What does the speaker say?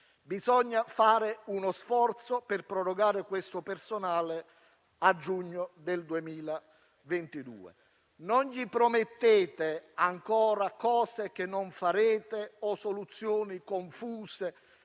Bisogna fare uno sforzo per prorogare questo personale a giugno del 2022. Non promettete ancora cose che non farete o soluzioni confuse,